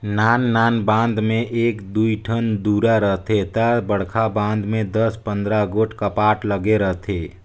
नान नान बांध में एक दुई ठन दुरा रहथे ता बड़खा बांध में दस पंदरा गोट कपाट लगे रथे